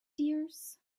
dears